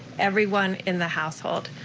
everyone in the household.